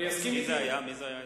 מי זה היה?